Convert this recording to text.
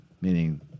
Meaning